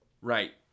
Right